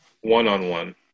one-on-one